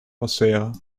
passeren